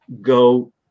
go